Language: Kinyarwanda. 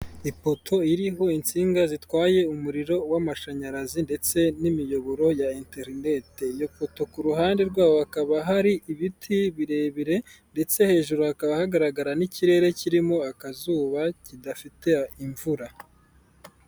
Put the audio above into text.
Ipoto iriho insinga zitwaye umuriro w'amashanyarazi ndetse n'imiyoboro ya enterinete, iyo poto ku ruhande rwaho hakaba hari ibiti birebire, ndetse hejuru hakaba hagaragara n'ikirere kirimo akazuba kidafite imvura.